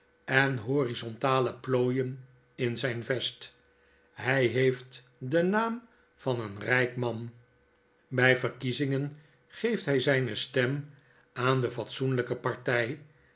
en horizontale plooien in zyn vest hy heeft den naam van een ryk man by verkiezingen geeft bg zyne stem aan de fatsoenlyke party